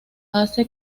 hace